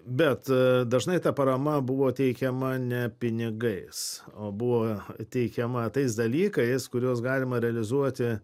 bet dažnai ta parama buvo teikiama ne pinigais o buvo teikiama tais dalykais kuriuos galima realizuoti